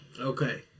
Okay